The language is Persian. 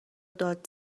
داد